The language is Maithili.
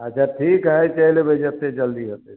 अच्छा ठीक है चलि आबिये जयतै जल्दी होयतै